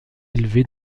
élevé